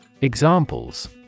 Examples